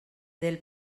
del